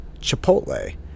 Chipotle